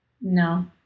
no